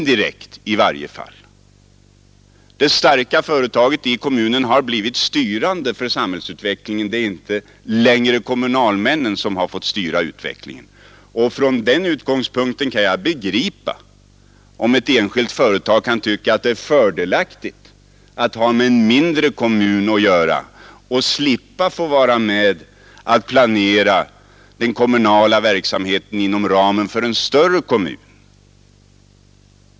Det starka företaget, inte kommunalmännen i kommunen, har blivit styrande för samhällsutvecklingen. Från den utgångspunkten kan jag förstå om ett enskilt företag kan tycka att det är fördelaktigt att ha med en mindre kommun att göra och slippa vara med om att planera den kommunala verksamheten inom ramen för en större kommun.